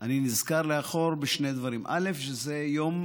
אני נזכר לאחור בשני דברים: דבר ראשון, זה היום